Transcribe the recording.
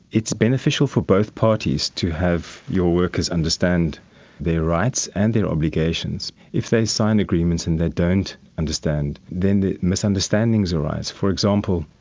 it's beneficial for both parties to have your workers understand rights and their obligations. if they signed agreements and they don't understand, then the misunderstandings arise. for example,